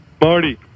Marty